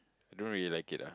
don't really like it ah